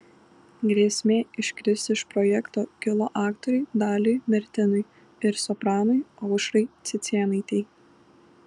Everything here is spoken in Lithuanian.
grėsmė iškristi iš projekto kilo aktoriui daliui mertinui ir sopranui aušrai cicėnaitei